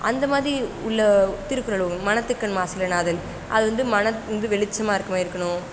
அந்தமாதிரி உள்ள திருக்குறளும் மனத்துக்கண் மாசிலன் ஆதல் அது வந்து மனம் வந்து வெளிச்சமாக இருக்கிற மாரி இருக்கணும்